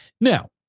Now